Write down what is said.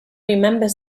remember